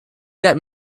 that